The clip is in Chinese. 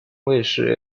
卫视